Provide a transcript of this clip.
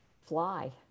fly